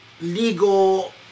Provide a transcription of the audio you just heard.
legal